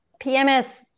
PMS